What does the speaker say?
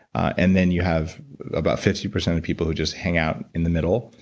and then you have about fifty percent and people who just hang out in the middle,